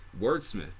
wordsmith